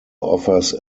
offers